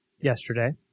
yesterday